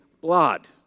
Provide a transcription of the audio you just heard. blood